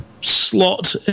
slot